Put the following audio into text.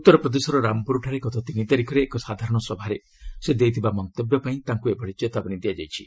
ଉତ୍ତରପ୍ରଦେଶର ରାମପୁରଠାରେ ଗତ ତିନି ତାରିଖରେ ଏକ ସାଧାରଣ ସଭାରେ ସେ ଦେଇଥିବା ମନ୍ତବ୍ୟ ପାଇଁ ତାଙ୍କ ଏଭଳି ଚେତାବନୀ ଦିଆଯାଇଛି